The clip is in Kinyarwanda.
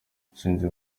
intsinzi